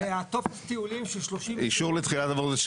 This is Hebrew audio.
וטופס הטיולים של 30 --- אישור לתחילת עבודות,